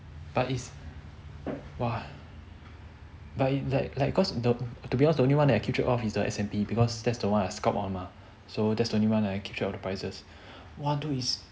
but it's !wah! but like like cause the to be honest the only one I keep track of is the S&P because that's the one I scout one mah so that's the one I keep track of the prizes !wah! dude